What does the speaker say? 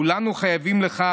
כולנו חייבים לך